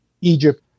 Egypt